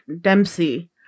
Dempsey